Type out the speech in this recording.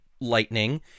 lightning